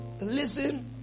listen